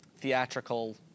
theatrical